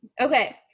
Okay